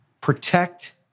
protect